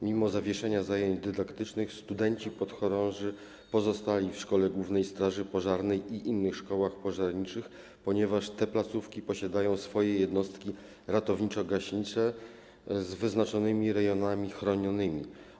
Mimo zawieszenia zajęć dydaktycznych studenci podchorąży pozostali w szkole głównej straży pożarnej i innych szkołach pożarniczych, ponieważ te placówki posiadają swoje jednostki ratowniczo-gaśnicze z wyznaczonymi rejonami chronionymi.